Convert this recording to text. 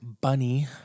bunny